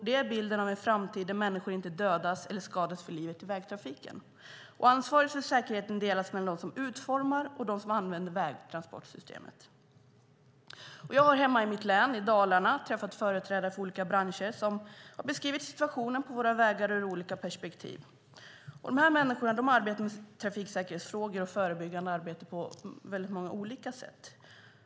Det är bilden av en framtid där människor inte dödas eller skadas för livet i vägtrafiken. Ansvaret för säkerheten delas mellan dem som utformar och dem som använder vägtransportsystemet. Jag har hemma i mitt län, Dalarna, träffat företrädare för olika branscher som har beskrivit situationen på våra vägar ur olika perspektiv. Dessa människor arbetar med trafiksäkerhetsfrågor och förebyggande arbete på många olika sätt.